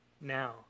now